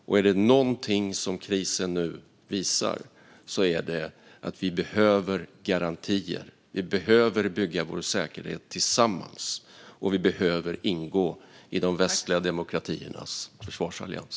Och är det någonting som krisen nu visar är det att vi behöver garantier, att vi behöver bygga vår säkerhet tillsammans och att vi behöver ingå i de västliga demokratiernas försvarsallians.